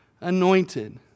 anointed